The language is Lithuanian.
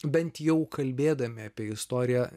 bent jau kalbėdami apie istoriją